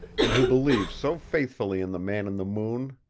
and who believed so faithfully in the man in the moon.